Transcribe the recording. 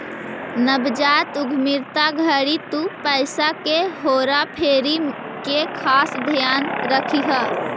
नवजात उद्यमिता घड़ी तु पईसा के हेरा फेरी के खास ध्यान रखीह